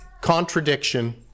contradiction